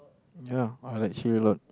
ya I like chill a lot